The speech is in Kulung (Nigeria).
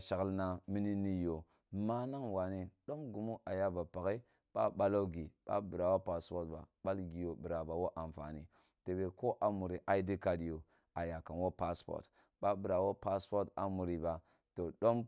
shale na min ni yo manang wane dom gimu a ba pakhe ba balo gi, ba bira wo paspot ba balgi yo bira ba wo anfani tebe ko amuri bwa biran kwam wo paspot a muri ba to dom